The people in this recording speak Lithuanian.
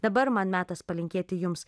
dabar man metas palinkėti jums